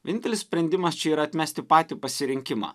vienintelis sprendimas čia yra atmesti patį pasirinkimą